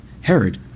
Herod